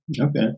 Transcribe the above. okay